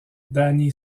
danny